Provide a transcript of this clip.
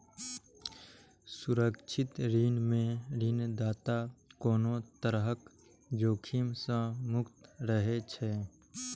सुरक्षित ऋण मे ऋणदाता कोनो तरहक जोखिम सं मुक्त रहै छै